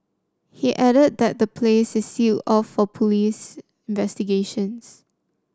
he added that the place is sealed of police investigations